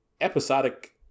episodic